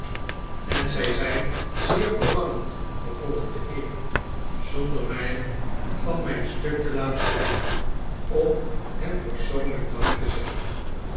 en zy zijn zeer verlangend vervolgde ik zonder my van mijn stuk te laten brengen fl om hem persoonlijk dank te zeggen